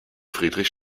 friedrich